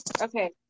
Okay